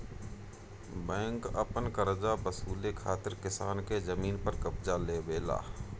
bank अपन करजा वसूले खातिर किसान के जमीन पर कब्ज़ा लेवेला